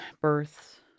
births